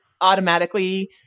automatically